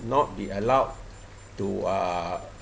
not be allowed to uh